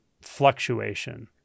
fluctuation